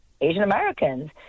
Asian-Americans